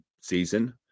season